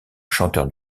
chanteur